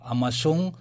Amasung